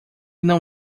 não